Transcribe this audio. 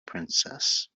princess